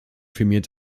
firmiert